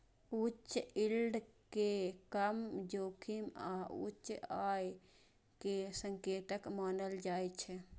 उच्च यील्ड कें कम जोखिम आ उच्च आय के संकेतक मानल जाइ छै